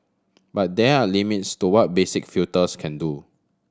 but there are limits to what basic filters can do